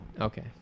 Okay